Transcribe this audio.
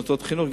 במוסדות חינוך,